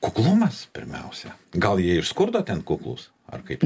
kuklumas pirmiausia gal jie iš skurdo ten kuklūs ar kaip